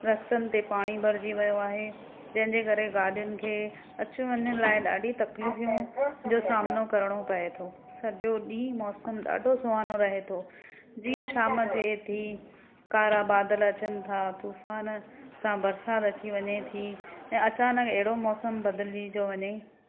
रस्तनि ते पाणी भरिजी वियो आहे जंहिंजे करे गाॾियुनि खे अचु वञु लाइ ॾाढी तकलीफ़ियूं जो सामिनो करिणो पए थो सॼो ॾींहुं मौसम ॾाढो सुहानो रहे थो जीअं शाम थिए थी कारा बादल अचनि था तूफ़ान सां बरसाति अची वञे थी ऐं अचानक अहिड़ो मौसम बदिल जी थो वञे